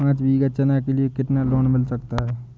पाँच बीघा चना के लिए कितना लोन मिल सकता है?